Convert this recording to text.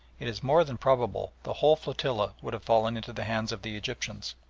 it is more than probable the whole flotilla would have fallen into the hands of the egyptians.